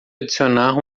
adicionar